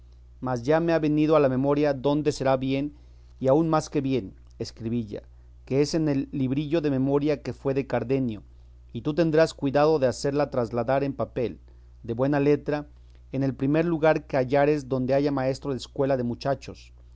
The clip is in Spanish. mas ya me ha venido a la memoria dónde será bien y aun más que bien escribilla que es en el librillo de memoria que fue de cardenio y tú tendrás cuidado de hacerla trasladar en papel de buena letra en el primer lugar que hallares donde haya maestro de escuela de muchachos